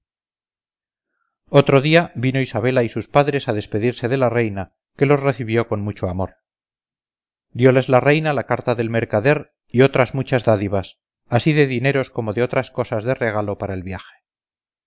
otro día vino isabela y sus padres a despedirse de la reina que los recibió con mucho amor dioles la reina la carta del mercader y otras muchas dádivas así de dineros como de otras cosas de regalo para el viaje